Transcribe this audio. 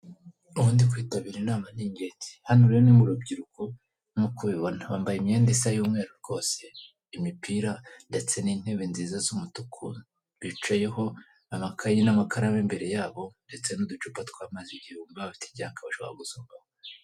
Ubundi kwitabira inama ni ingenzi, hano rero ni murubyiruko nkuko ubibona, bambaye imyenda isa y'umweru rwose, imipira ndetse n'intebe nziza z'umutuku bicayeho, amakaye n'amakaramu imbere yabo ndetse n'uducupa tw'amazi igihe bumva bafite icyaka bashobora gusomaho.